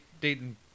dayton